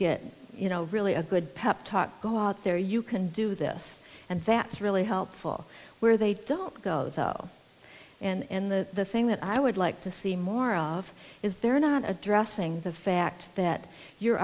get you know really a good pep talk go out there you can do this and that's really helpful where they don't go though and the thing that i would like to see more of is they're not addressing the fact that you're